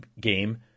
game